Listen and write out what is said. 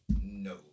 No